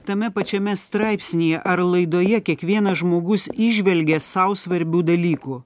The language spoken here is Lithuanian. tame pačiame straipsnyje ar laidoje kiekvienas žmogus įžvelgia sau svarbių dalykų